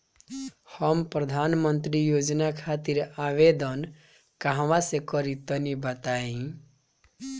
हम प्रधनमंत्री योजना खातिर आवेदन कहवा से करि तनि बताईं?